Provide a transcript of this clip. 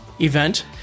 event